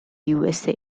usa